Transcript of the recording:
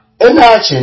imagine